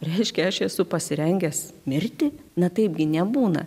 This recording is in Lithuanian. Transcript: reiškia aš esu pasirengęs mirti na taipgi nebūna